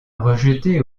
rejetés